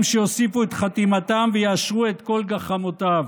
שיוסיפו את חתימתם ויאשרו את כל גחמותיו?